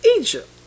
Egypt